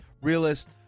Realist